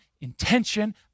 intention